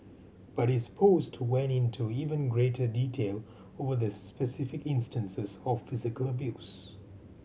but his post went into even greater detail over the specific instances of physical abuse